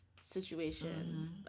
situation